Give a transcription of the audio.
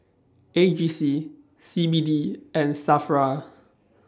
A G C C B D and SAFRA